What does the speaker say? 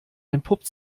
entpuppt